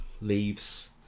leaves